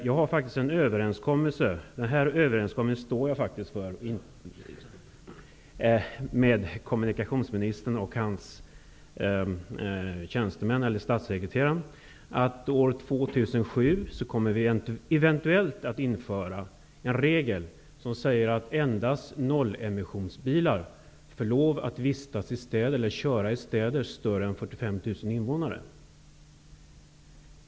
Jag har faktiskt träffat en överenskommelse med kommunikationsministern och hans statssekreterare, och den överenskommelsen står jag faktiskt för: År 2007 kommer vi eventuellt att införa en regel som säger att endast nollemissionsbilar får lova att köra i städer med mer än 45 000 invånare.